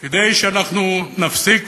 כדי שאנחנו נפסיק